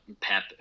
Pep